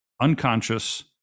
unconscious